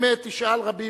אם תשאל רבים,